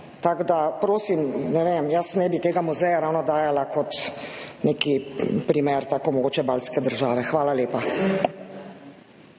Tako da prosim, ne vem, jaz ne bi tega muzeja ravno dajala kot neki primer, tako kot mogoče baltske države. Hvala lepa.